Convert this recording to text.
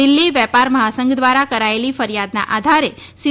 દિલ્ફી વેપાર મહાસંઘ દ્વારા કરાયેલી ફરિયાદના આધારે સી